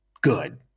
good